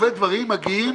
הדברים מגיעים